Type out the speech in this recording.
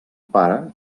pare